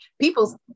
people